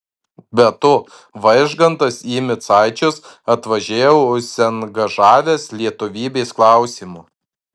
be to vaižgantas į micaičius atvažiavo užsiangažavęs lietuvybės klausimu